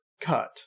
cut